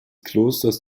klosters